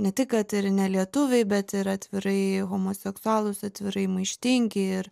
ne tik kad ir nelietuviai bet ir atvirai homoseksualūs atvirai maištingi ir